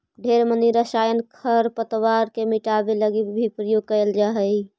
ढेर मनी रसायन खरपतवार के मिटाबे लागी भी प्रयोग कएल जा हई